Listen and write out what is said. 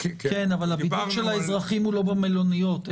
אבל הבידוד של האזרחים הוא לא במלוניות.